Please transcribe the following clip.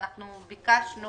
אנחנו ביקשנו